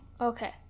Okay